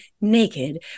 naked